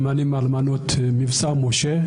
אלמנים/אלמנות ממבצע משה,